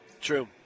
True